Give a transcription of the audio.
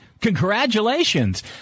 Congratulations